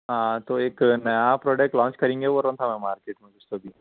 ہاں تو ایک نیا پروڈکٹ لانچ کریں گے بول رہا تھا میں مارکیٹ میں کچھ تو بی